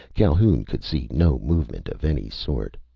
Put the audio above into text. calhoun could see no movement of any sort.